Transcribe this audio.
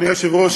אדוני היושב-ראש,